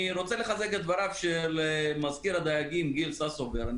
אני רוצה לחזק את דבריו של מזכיר הדייגים גיל ססובר.